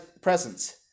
presence